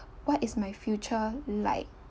what is my future like